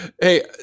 Hey